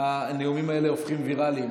הנאומים האלה הופכים ויראליים.